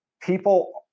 people